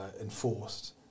enforced